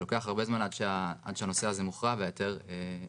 ולוקח הרבה זמן עד שהנושא הזה מוכרע וההיתר ניתן.